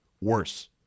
worse